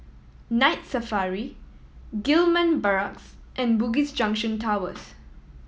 Night Safari Gillman Barracks and Bugis Junction Towers